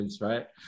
right